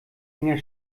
enger